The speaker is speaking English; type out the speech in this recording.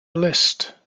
list